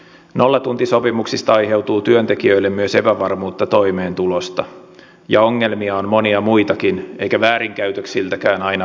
nollatuntisopimuksista aiheutuu työntekijöille myös epävarmuutta toimeentulosta ja ongelmia on monia muitakin eikä väärinkäytöksiltäkään aina vältytä